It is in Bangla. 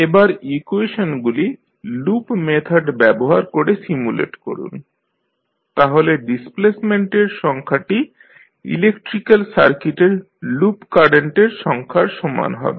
এবার ইকুয়েশনগুলি লুপ মেথড ব্যবহার করে সিম্যুলেট করুন তাহলে ডিসপ্লেসমেন্টের সংখ্যাটি ইলেকট্রিক্যাল সার্কিটের লুপ কারেন্টের সংখ্যার সমান হবে